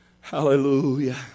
Hallelujah